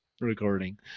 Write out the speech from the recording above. recording